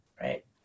right